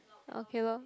okay lor